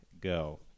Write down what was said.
go